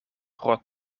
pro